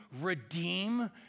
redeem